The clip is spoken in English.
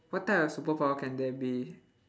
what type of superpower can there be